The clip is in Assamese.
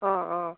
অঁ